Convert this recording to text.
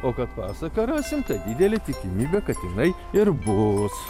o kad pasaką rasim tai didelė tikimybė kad jinai ir bus